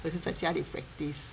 只是在家里 practice